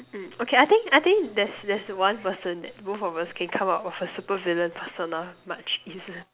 mm okay I think I think there's there's one person that both of us can come up of a super villain persona much easily